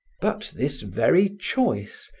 but this very choice,